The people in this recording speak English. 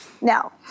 Now